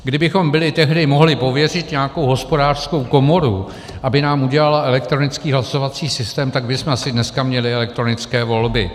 Kdybychom byli tehdy mohli pověřit nějakou hospodářskou komoru, aby nám udělala elektronický hlasovací systém, tak bychom asi dneska měli elektronické volby.